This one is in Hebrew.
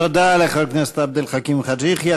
תודה לחבר הכנסת עבד אל חכים חאג' יחיא.